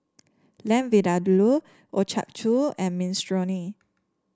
Lamb Vindaloo Ochazuke and Minestrone